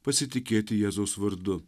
pasitikėti jėzaus vardu